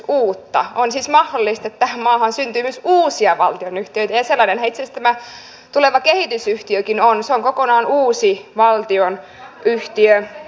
on siis mahdollista että tähän maahan syntyy myös uusia valtionyhtiöitä ja sellainenhan itse asiassa tämä tuleva kehitysyhtiökin on se on kokonaan uusi valtionyhtiö